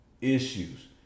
issues